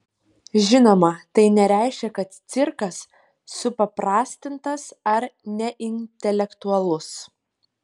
žinoma tai nereiškia kad cirkas supaprastintas ar neintelektualus